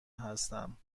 هستم